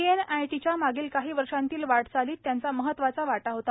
व्हीएनआयटीच्या मागील काही वर्षांतील वाटचालीत त्यांचा महत्वाचा वाटा होता